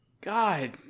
God